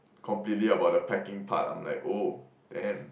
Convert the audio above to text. completely about the packing part I'm like oh damn